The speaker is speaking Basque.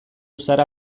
zara